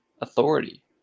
authority